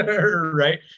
right